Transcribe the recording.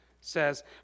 says